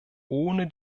ohne